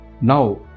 Now